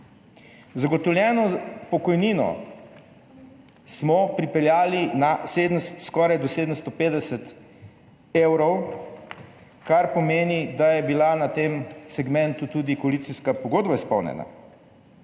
Zagotovljeno pokojnino smo pripeljali skoraj do 750 evrov, kar pomeni, da je bila na tem segmentu tudi koalicijska pogodba izpolnjena.